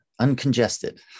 uncongested